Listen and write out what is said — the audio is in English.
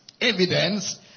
evidence